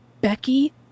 Becky